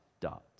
dot